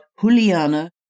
Juliana